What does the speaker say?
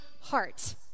heart